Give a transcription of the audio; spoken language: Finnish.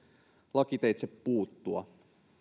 lakiteitse puuttua